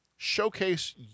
showcase